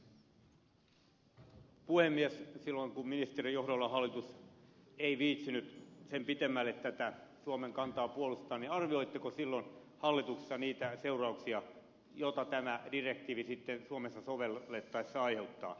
silloin kun ministerin johdolla hallitus ei viitsinyt sen pitemmälle tätä suomen kantaa puolustaa arvioitteko silloin hallituksessa niitä seurauksia joita tämä direktiivi sitten suomessa sovellettaessa aiheuttaa